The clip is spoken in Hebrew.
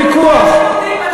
זה הוויכוח, חברת הכנסת זנדברג.